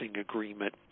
agreement